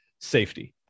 safety